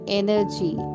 energy